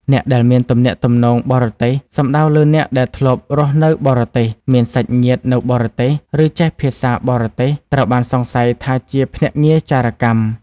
អ្នកដែលមានទំនាក់ទំនងបរទេស សំដៅលើអ្នកដែលធ្លាប់រស់នៅបរទេស មានសាច់ញាតិនៅបរទេស ឬចេះភាសាបរទេស ត្រូវបានសង្ស័យថាជាភ្នាក់ងារចារកម្ម។